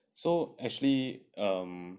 so actually um